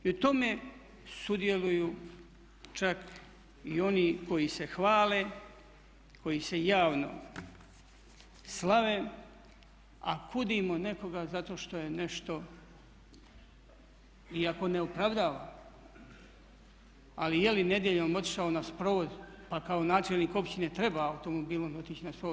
I u tome sudjeluju čak i oni koji se hvale, koji se javno slave a kudimo nekoga zato što je nešto iako ne opravdavam, ali je li nedjeljom otišao na sprovod, pa kao načelnik općine treba automobilom otići na sprovod.